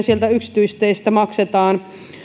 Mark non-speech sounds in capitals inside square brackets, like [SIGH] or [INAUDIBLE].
[UNINTELLIGIBLE] sieltä yksityisteistä maksetaan